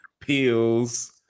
pills